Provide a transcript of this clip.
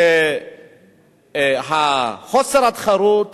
שחוסר התחרות